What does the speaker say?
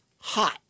hot